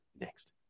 next